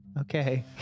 Okay